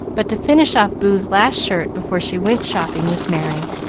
but to finish off boo's last shirt before she went shopping with merry.